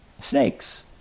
Snakes